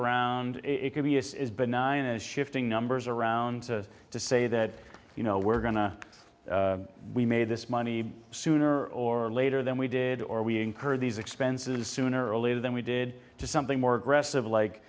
around it could be as is benign as shifting numbers around to say that you know we're going to we made this money sooner or later than we did or we incurred these expenses sooner or later than we did to something more aggressive like